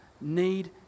need